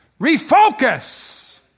Refocus